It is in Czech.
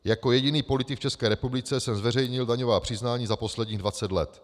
Jako jediný politik v České republice jsem zveřejnil daňová přiznání za posledních dvacet let.